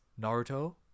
Naruto